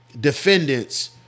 defendants